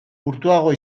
urtuago